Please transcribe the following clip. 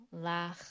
lach